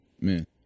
Man